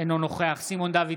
אינו נוכח סימון דוידסון,